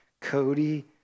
Cody